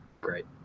great